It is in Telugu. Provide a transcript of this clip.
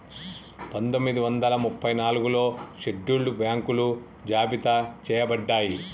పందొమ్మిది వందల ముప్పై నాలుగులో షెడ్యూల్డ్ బ్యాంకులు జాబితా చెయ్యబడ్డయ్